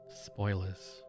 Spoilers